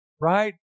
right